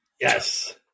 Yes